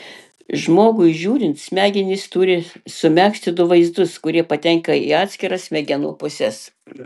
žmogui žiūrint smegenys turi sumegzti du vaizdus kurie patenka į atskiras smegenų puses